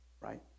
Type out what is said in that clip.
right